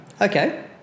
Okay